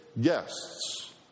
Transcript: guests